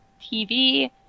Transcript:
TV